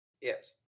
Yes